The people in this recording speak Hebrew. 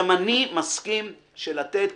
גם אני מסכים שלתת